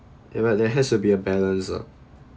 ya there has to be a balance ah